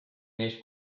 neist